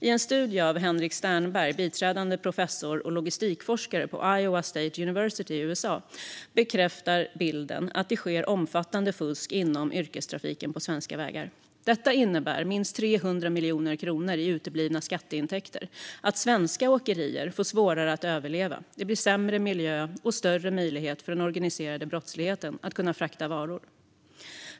I en studie av Henrik Sternberg, biträdande professor och logistikforskare på Iowa State University i USA, bekräftas bilden att det sker omfattande fusk inom yrkestrafiken på svenska vägar. Detta innebär minst 300 miljoner kronor i uteblivna skatteintäkter. Det innebär också att svenska åkerier får svårare att överleva och att det blir sämre miljö och större möjlighet för den organiserade brottsligheten att frakta varor.